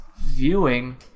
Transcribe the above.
viewing